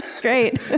Great